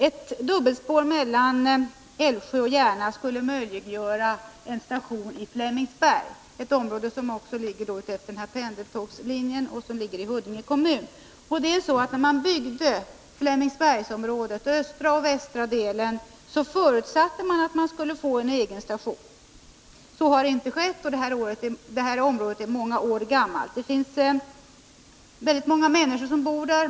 Ett dubbelspår mellan Älvsjö och Järna skulle möjliggöra en station i Flemingsberg, som ligger i Huddinge kommun, och utefter denna pendeltågslinje. När man byggde Flemingsberg, östra och västra delen, förutsatte man att Flemingsberg skulle få en egen station. Så har inte blivit fallet, och det här området är nu många år gammalt. Väldigt många människor bor där.